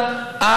אותם,